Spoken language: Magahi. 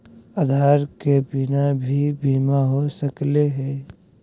आधार के बिना भी बीमा हो सकले है?